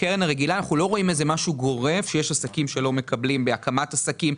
בקרן הרגילה אנחנו לא רואים שבאופן גורף לא מקבלים בהקמת עסקים,